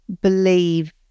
believe